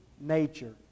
nature